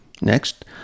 Next